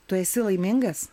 tu esi laimingas